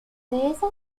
dehesa